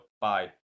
bye